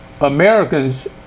Americans